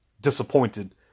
disappointed